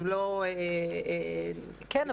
כן,